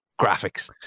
graphics